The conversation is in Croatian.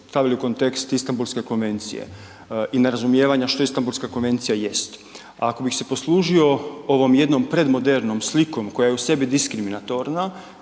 stavili u kontekst Istanbulske konvencije i nerazumijevanja što Istanbulska konvencija jest. Ako bih se poslužio ovom jednom predmodernom slikom koja je u sebi diskriminatorna